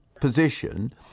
position